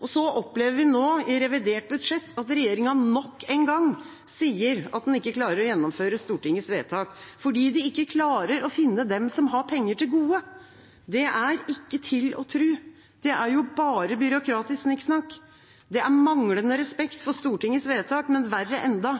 Så opplever vi nå i revidert nasjonalbudsjett at regjeringa nok en gang sier at den ikke klarer å gjennomføre Stortingets vedtak fordi de ikke klarer å finne dem som har penger til gode! Det er ikke til å tro! Det er jo bare byråkratisk snikksnakk! Det er manglende respekt for Stortingets vedtak, men verre enda: